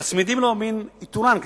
מצמידים לו מין איתורן כזה,